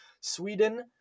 Sweden